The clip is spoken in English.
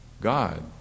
God